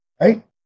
Right